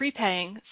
prepaying